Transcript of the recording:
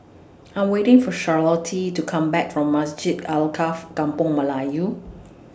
I'm waiting For Charlottie to Come Back from Masjid Alkaff Kampung Melayu